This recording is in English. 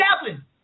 chaplain